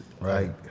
Right